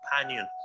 companion